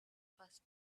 first